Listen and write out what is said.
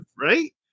right